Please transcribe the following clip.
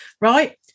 right